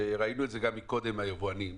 וראינו את זה מקודם עם היבואנים,